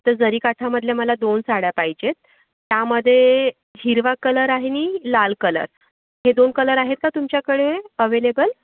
तर जरीकाठामधल्या मला दोन साड्या पाहिजेत त्यामध्ये हिरवा कलर आहे नी लाल कलर हे दोन कलर आहेत का तुमच्याकडे अव्हेलेबल